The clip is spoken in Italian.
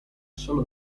sono